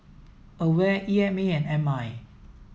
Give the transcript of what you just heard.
AWARE E M A and M I